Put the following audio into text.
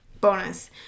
Bonus